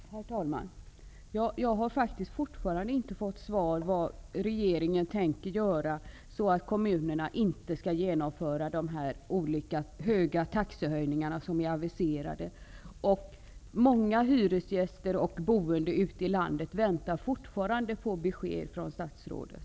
Herr talman! Jag har faktiskt ännu inte fått något svar på min fråga om vad regeringen tänker göra för att kommunerna inte skall genomföra de olika stora taxehöjningar som är aviserade. Många hyresgäster och andra boende ute i landet väntar fortfarande på besked från statsrådet.